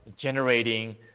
generating